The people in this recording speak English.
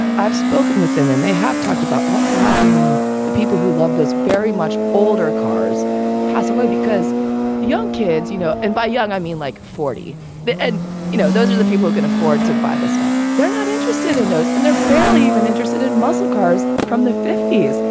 i've spoken with them and they have talked about what will happen when the people who love those very much older cars pass away because the young kids, you know, and by young, i mean like forty point and you know, those are the people who can afford to buy this stuff. they're not interested in those. and they're barely even interested in muscle cars from the fifty s.